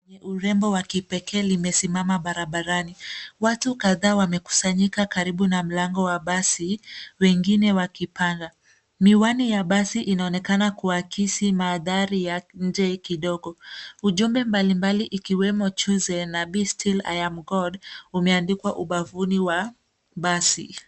Basi wenye urembo wa kipekee limesimama barabarani. Watu kadhaa wamekusanyika karibu na mlango wa basi wengine wakipanda. Miwani ya basi inaonekana kuakisi mandhari ya nje kidogo. Ujumbe mbalimbali ikiwemo chosen na be still I am God umendikwa ubavuni wa basi.